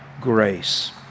grace